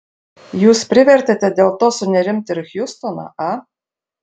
jūs privertėte dėl to sunerimti ir hjustoną a